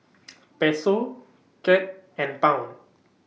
Peso Cad and Pound